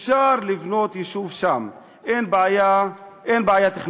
אפשר לבנות יישוב שם, אין בעיה תכנונית.